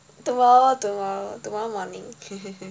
tomorrow tomorrow tomorrow morning